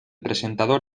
presentador